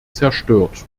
zerstört